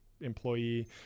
employee